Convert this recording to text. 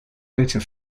litter